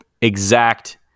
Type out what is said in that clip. exact